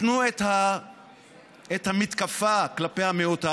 מתנו את המתקפה כלפי המיעוט הערבי,